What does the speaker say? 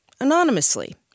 anonymously